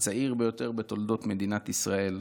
הצעיר ביותר בתולדות מדינת ישראל.